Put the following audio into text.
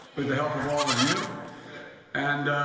with the help of all of you and.